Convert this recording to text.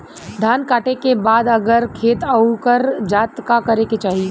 धान कांटेके बाद अगर खेत उकर जात का करे के चाही?